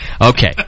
Okay